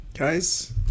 Guys